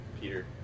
Peter